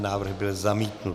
Návrh byl zamítnut.